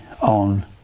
on